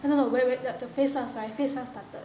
eh no wait wait when the phase one sorry phase one started